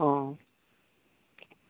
অঁ